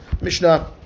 Mishnah